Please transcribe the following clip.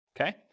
okay